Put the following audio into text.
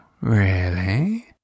really